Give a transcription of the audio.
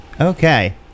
okay